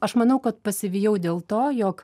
aš manau kad pasivijau dėl to jog